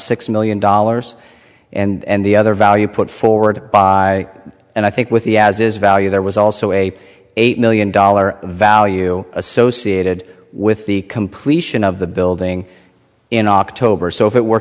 six million dollars and the other value put forward by and i think with the as is value there was also a eight million dollar value associated with the completion of the building in october so if it were